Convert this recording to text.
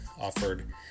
offered